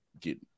get